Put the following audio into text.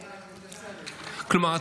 כלומר,